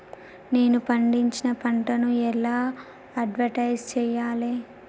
నేను పండించిన పంటను ఎలా అడ్వటైస్ చెయ్యాలే?